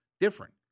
different